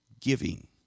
giving